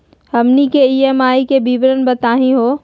हमनी के ई.एम.आई के विवरण बताही हो?